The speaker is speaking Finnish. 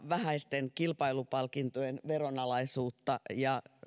vähäisten kilpailupalkintojen veronalaisuutta ja